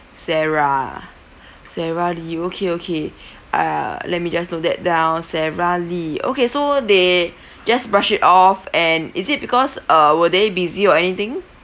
sarah ah sarah lee okay okay uh let me just note that down sarah lee okay so they just brush it off and is it because uh were they busy or anything